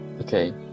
Okay